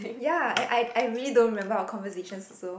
ya and I I really don't remember our conversation also